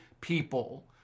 people